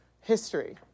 history